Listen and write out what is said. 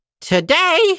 today